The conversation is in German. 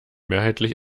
mehrheitlich